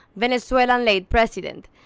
venezuelan late president.